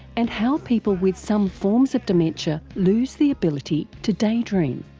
and how people with some forms of dementia lose the ability to daydream.